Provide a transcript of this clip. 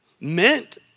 meant